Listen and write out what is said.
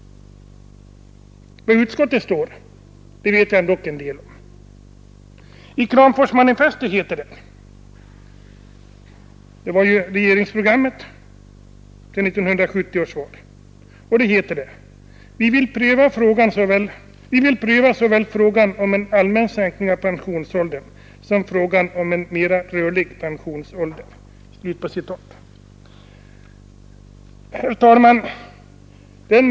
Var utskottet står vet jag ändock en del om. I Kramforsmanifestet — regeringsprogrammet till 1970 års val — heter det: ”Vi vill pröva såväl frågan om en allmän sänkning av pensionsåldern som frågan om en mera rörlig pensionsålder.” Herr talman!